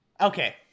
Okay